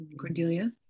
Cordelia